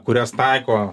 kurias taiko